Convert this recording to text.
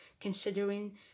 considering